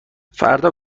فردا